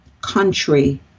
country